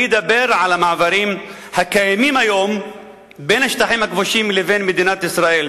אני אדבר על המעברים הקיימים היום בין השטחים הכבושים לבין מדינת ישראל,